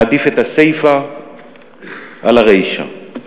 מעדיף את הסיפה על הרישה.